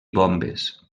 bombes